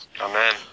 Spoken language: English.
Amen